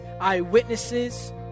eyewitnesses